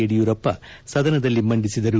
ಯಡಿಯೂರಪ್ಪ ಸದನದಲ್ಲಿ ಮಂಡಿಸಿದರು